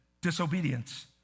disobedience